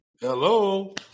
Hello